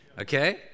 okay